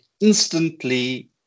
instantly